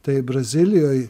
tai brazilijoj